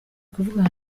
kuvugana